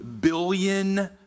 billion